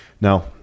Now